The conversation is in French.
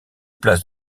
places